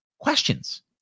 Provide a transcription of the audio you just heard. questions